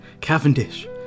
Cavendish